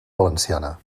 valenciana